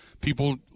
People